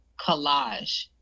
collage